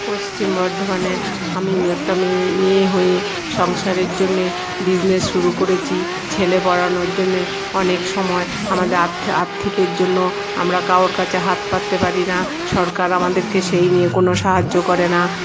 পশ্চিম বর্ধমানে আমি একটা মেয়ে হয়ে সংসারের জন্যে বিজনেস শুরু করেছি ছেলে পড়ানোর জন্যে অনেক সময় আমাদের আর্থিকের জন্য আমরা কারুর কাছে হাত পাততে পারি না সরকার আমাদেরকে সেই নিয়ে কোনো সাহায্য করে না